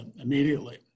immediately